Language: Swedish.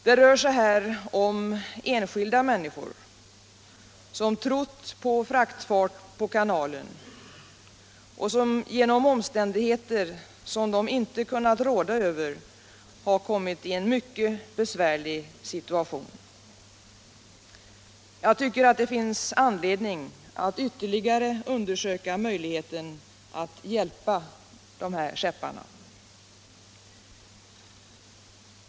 Det rör sig här om enskilda människor som har trott på fraktfarten på kanalen och som av omständigheter som de inte kunnat råda över har kommit i en mycket besvärlig situation. Jag tycker att det finns anledning att ytterligare undersöka möjligheterna att hjälpa de skepparna.